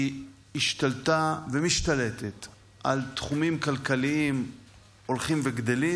היא השתלטה ומשתלטת על תחומים כלכליים הולכים וגדלים,